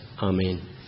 Amen